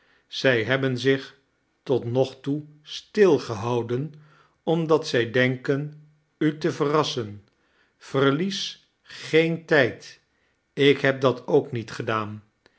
zij hebben zich tot nog toe stilgehouden omdat zij denken u te verrassen verlies geen tijd ik heb dat ook niet gedaan